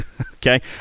Okay